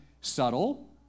subtle